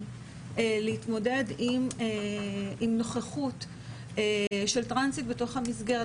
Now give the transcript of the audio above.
להתמודד עם נוכחות של טרנסית בתוך המסגרת.